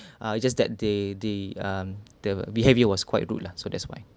ah it just that they the um the behavior was quite rude lah so that's why